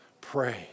pray